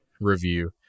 review